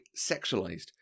sexualized